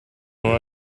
una